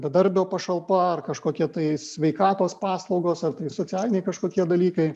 bedarbio pašalpa ar kažkokie tai sveikatos paslaugos ar tai socialiniai kažkokie dalykai